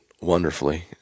wonderfully